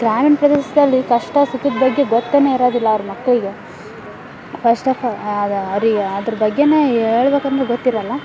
ಗ್ರಾಮೀಣ ಪ್ರದೇಶದಲ್ಲಿ ಕಷ್ಟ ಸುಖದ ಬಗ್ಗೆ ಗೊತ್ತನೆ ಇರೋದಿಲ್ಲ ಅವ್ರ ಮಕ್ಕಳಿಗೆ ಫಸ್ಟ್ ಆಫ್ ಆಲ್ ಅವರಿಗೆ ಅದ್ರ ಬಗ್ಗೆ ಹೇಳ್ಬೇಕಂದ್ರೆ ಗೊತ್ತಿರೋಲ್ಲ